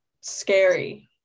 scary